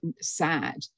sad